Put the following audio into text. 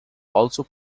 also